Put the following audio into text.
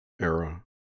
era